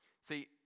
See